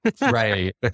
Right